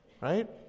Right